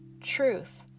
Truth